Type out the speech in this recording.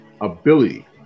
ability